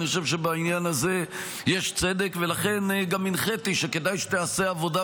אני חושב שבעניין הזה יש צדק ולכן גם הנחיתי שכדאי שתיעשה עבודה,